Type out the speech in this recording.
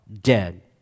dead